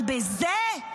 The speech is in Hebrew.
אבל בזה?